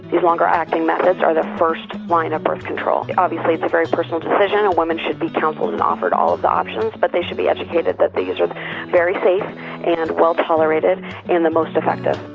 these longer acting methods are the first line of birth control. obviously it's a very personal decision, a woman should be counselled and offered all of the options but they should be educated that these are very safe and well tolerated and the most effective.